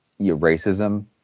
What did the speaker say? racism